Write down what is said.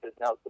now